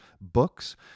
books